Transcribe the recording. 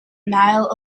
nile